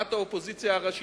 מתנועת האופוזיציה הראשית,